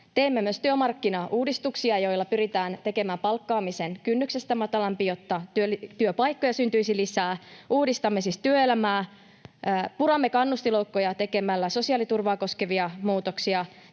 Teemme myös työmarkkinauudistuksia, joilla pyritään tekemään palkkaamisen kynnyksestä matalampi, jotta työpaikkoja syntyisi lisää. Uudistamme siis työelämää. Puramme kannustinloukkuja tekemällä sosiaaliturvaa koskevia muutoksia.